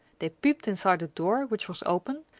they peeped inside a door which was open,